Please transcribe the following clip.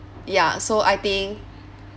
ya so I think